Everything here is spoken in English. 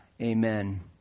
Amen